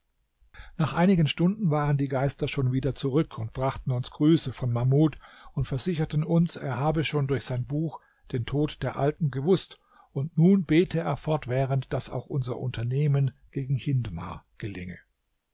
nach einigen stunden waren die geister schon wieder zurück und brachten uns grüße von mahmud und versicherten uns er habe schon durch sein buch den tod der alten gewußt und nun bete er fortwährend daß auch unser unternehmen gegen hindmar gelinge